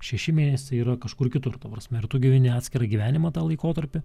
šeši mėnesiai yra kažkur kitur ta prasme ir tu gyveni atskirą gyvenimą tą laikotarpį